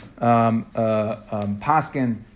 Paskin